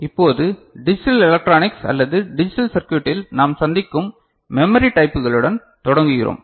இப்போது digital electronics அல்லது digital சர்கியுட்டில் நாம் சந்திக்கும் மெமரி டைப்களுடன் தொடங்குகிறோம்